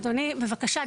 אדוני בבקשה,